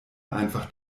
einfach